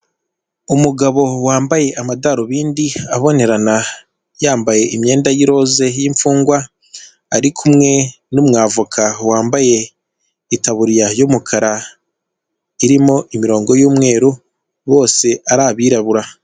Umugabo wambaye amadarubindi abonerana yambaye imyenda y'irose y'imfungwa ari kumwe n'umwavoka wambaye itaburiya y'umukara irimo imirongo y'umweru bose ari abirabura.